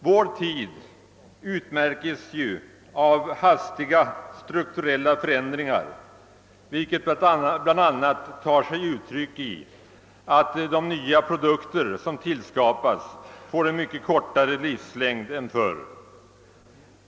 Vår tid utmärks av hastiga strukturella förändringar, vilka bl.a. tar sig uttryck i att de nya produkter som skapas får en mycket kortare livslängd än förr.